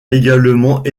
également